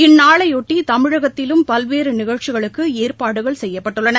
இந்நாளையொட்டிதமிழகத்திலும் பல்வேறுநிகழ்ச்சிகளுக்குஏற்பாடுகள் செய்யப்பட்டுள்ளன